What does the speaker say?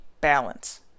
balance